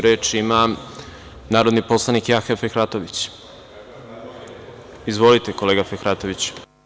Reč ima narodni poslanik Jahja Fehratović Izvolite, kolega Fehratoviću.